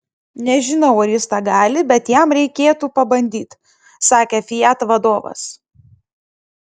nežinau ar jis tą gali bet jam reikėtų pabandyti sakė fiat vadovas